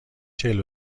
چهل